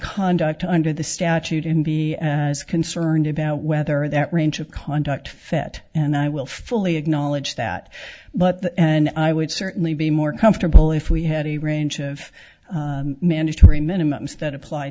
conduct under the statute in be as concerned about whether that range of conduct fett and i will fully acknowledge that but and i would certainly be more comfortable if we had a range of mandatory minimums that apply